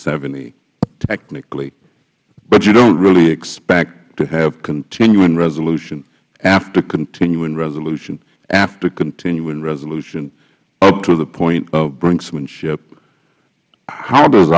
seventy technically but you don't really expect to have continuing resolution after continuing resolution after continuing resolution up to the point of brinkmanship how does